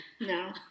No